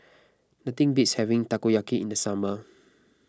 nothing beats having Takoyaki in the summer